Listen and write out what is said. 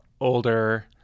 older